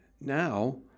Now